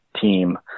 team